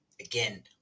again